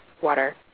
water